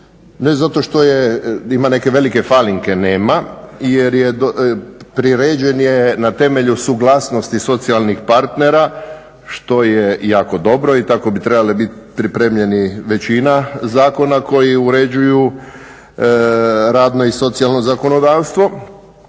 zato što ima neke velike falinke, nema, priređen je na temelju suglasnosti socijalnih partnera što je jako dobro i tako bi trebali biti pripremljeni većina zakona koji uređuju radno i socijalno zakonodavstvo.